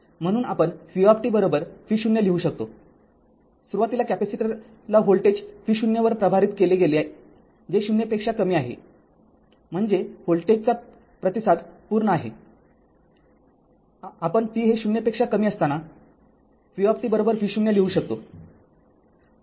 म्हणूनआपण vv0 लिहू शकतोसुरुवातीला कॅपेसिटरला व्होल्टेज v0 वर प्रभारित केले गेले जे ० पेक्षा कमी आहे म्हणजे व्होल्टेजचा पूर्ण प्रतिसाद आहे आपण t हे ० पेक्षा कमी असताना v v0 लिहू शकतो